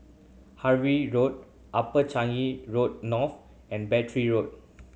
Harvey Road Upper Changi Road North and Battery Road